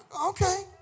okay